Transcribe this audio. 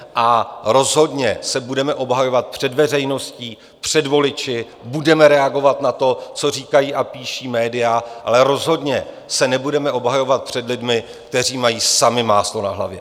A rozhodně se budeme obhajovat před veřejností, před voliči, budeme reagovat na to, co říkají a píší média, ale rozhodně se nebudeme obhajovat před lidmi, kteří mají sami máslo na hlavě.